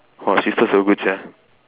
!wah! sister so good sia